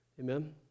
Amen